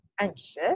anxious